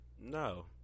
No